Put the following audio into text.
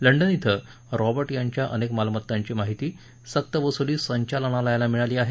London क्वे Robert यांच्या अनेक मालमत्तांची माहिती सक्तवसुली संचालनालयाला मिळाली आहे